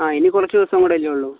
ആ ഇനി കുറച്ച് ദിവസം കൂടെ അല്ലേ ഉള്ളൂ